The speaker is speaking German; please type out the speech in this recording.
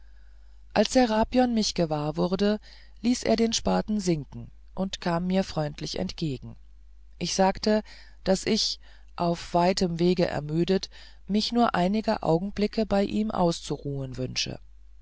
als serapion mich gewahr wurde ließ er den spaten sinken und kam mir freundlich entgegen ich sagte daß ich auf weitem wege ermüdet mich nur einige augenblicke bei ihm auszuruhen wünsche